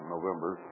November